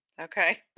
Okay